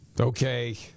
Okay